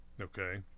Okay